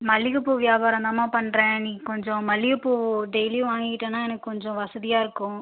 மல்லிகைப்பூ வியாபாரம் தாம்மா பண்ணுறேன் நீ கொஞ்சம் மல்லிகைப்பூ டெய்லியும் வாங்கிக்கிட்டேனா எனக்கு கொஞ்சம் வசதியாக இருக்கும்